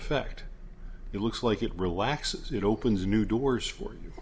effect it looks like it relaxes it opens a new doors for you